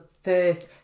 first